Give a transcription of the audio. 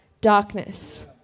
darkness